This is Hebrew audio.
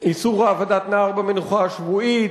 איסור העבדת נער במנוחה השבועית,